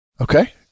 Okay